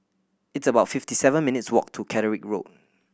it's about fifty seven minutes' walk to Catterick Road